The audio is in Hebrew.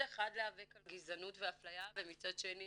אחד להיאבק על גזענות ואפליה ומצד שני